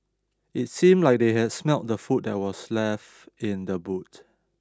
it seemed like that they had smelt the food that was left in the boot